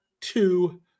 two